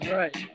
right